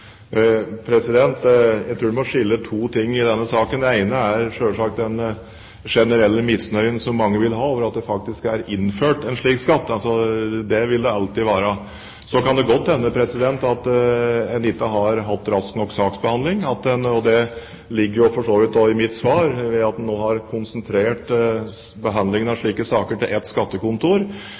Jeg tror en må skille to ting i denne saken. Det ene er selvsagt den generelle misnøyen som mange vil ha over at det faktisk er innført en slik skatt, det vil det alltid være. Så kan det godt hende at en ikke har hatt rask nok saksbehandling. Det ligger for så vidt også i mitt svar, ved at en nå har konsentrert behandlingen av slike saker til ett skattekontor,